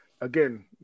again